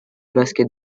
basket